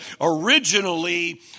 originally